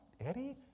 Eddie